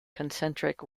concentric